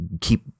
keep